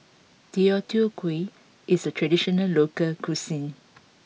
Deodeok Gui is a traditional local cuisine